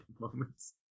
moments